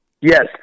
Yes